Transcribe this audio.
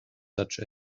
such